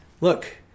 look